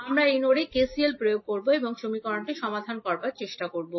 আমরা এই নোডে কেসিএল প্রয়োগ করব এবং সমীকরণটি সমাধান করার চেষ্টা করব